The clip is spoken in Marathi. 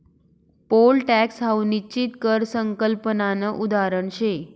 पोल टॅक्स हाऊ निश्चित कर संकल्पनानं उदाहरण शे